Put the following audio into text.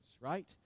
right